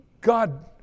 God